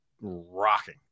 rocking